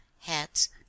hats